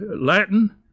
Latin